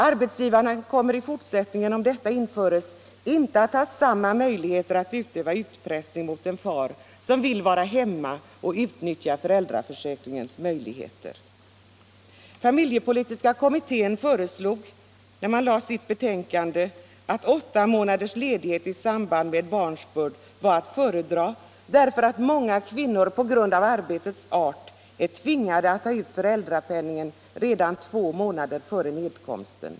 Arbetsgivarna kommer då inte att ha samma möjligheter att utöva utpressning mot en far som vill vara hemma och utnyttja föräldraförsäkringens förmåner. naders ledighet i samband med barnsbörd var att föredra, därför att många kvinnor på grund av arbetets art är tvingade att ta ut föräldrapenningen redan två månader före nedkomsten.